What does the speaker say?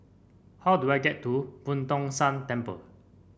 how do I get to Boo Tong San Temple